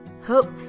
hope